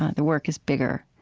the work is bigger.